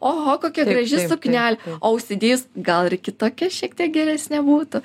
oho kokia graži suknelė o užsidėjus gal ir kitokia šiek tiek geresnė būtų